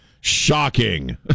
Shocking